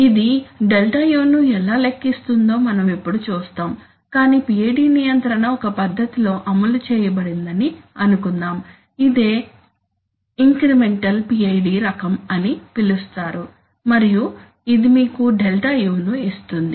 ఇది ΔU ను ఎలా లెక్కిస్తుందో మనం ఇప్పుడు చూస్తాము కాని PID నియంత్రణ ఒక పద్ధతి లో అమలు చేయబడిందని అనుకుందాం అదే ఇంక్రిమెంటల్ PID రకం అని పిలుస్తారు మరియు ఇది మీకు ΔU ని ఇస్తుంది